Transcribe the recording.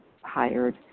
hired